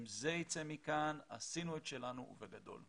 אם זה יצא מכאן, עשינו את שלנו ובגדול.